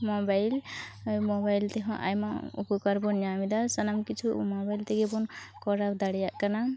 mobile mobile ᱛᱮᱦᱚᱸ ᱟᱭᱢᱟ ᱩᱯᱚᱠᱟᱨᱵᱚᱱ ᱧᱟᱢ ᱮᱫᱟ ᱥᱟᱱᱟᱢ ᱠᱤᱪᱷᱩ ᱢᱚᱵᱟᱭᱤᱞ ᱛᱮᱜᱮ ᱵᱚᱱ ᱠᱟᱨᱟᱣ ᱫᱟᱲᱮᱭᱟᱜ ᱠᱟᱱᱟ